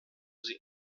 sie